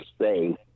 say